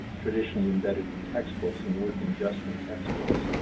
traditionally embedded in textbooks and working just from textbooks.